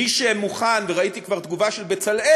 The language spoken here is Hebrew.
מי שמוכן, וראיתי כבר תגובה של "בצלאל":